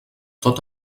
tot